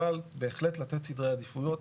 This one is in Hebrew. אבל בהחלט לתת סדרי עדיפויות